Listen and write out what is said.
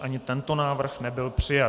Ani tento návrh nebyl přijat.